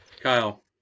Kyle